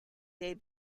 day